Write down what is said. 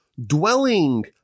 dwelling